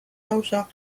lausa